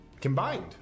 combined